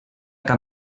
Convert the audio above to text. cap